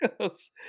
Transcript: goes